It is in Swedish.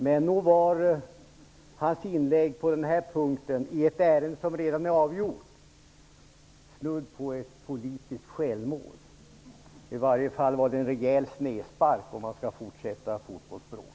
Men nog var hans inlägg på den här punkten i ett ärende som redan är avgjort snudd på ett politiskt självmål. I varje fall var det en rejäl snedspark -- om jag skall fortsätta att tala fotbollsspråk.